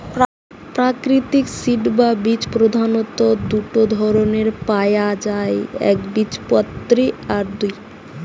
প্রাকৃতিক সিড বা বীজ প্রধাণত দুটো ধরণের পায়া যায় একবীজপত্রী আর দুই